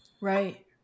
Right